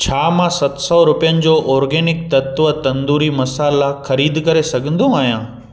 छा मां सत सौ रुपियनि जो ऑर्गेनिक तत्त्व तंदूरी मसाला ख़रीद करे सघंदो आहियां